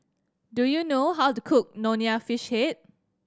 do you know how to cook Nonya Fish Head